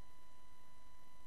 הנעדרים.